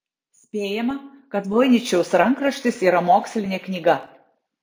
spėjama kad voiničiaus rankraštis yra mokslinė knyga